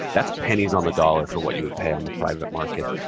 that's pennies on the dollar for what you would pay on the private market.